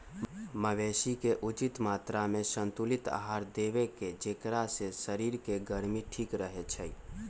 मवेशी के उचित मत्रामें संतुलित आहार देबेकेँ जेकरा से शरीर के गर्मी ठीक रहै छइ